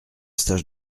stage